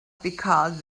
because